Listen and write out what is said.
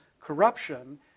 corruption